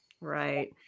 Right